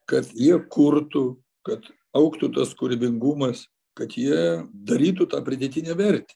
kad jie kurtų kad augtų tas kūrybingumas kad jie darytų tą pridėtinę vertę